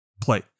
play